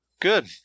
Good